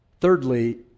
Thirdly